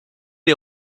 les